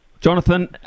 Jonathan